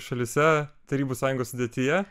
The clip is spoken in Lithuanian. šalyse tarybų sąjungos sudėtyje